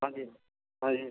हाँ जी हाँ जी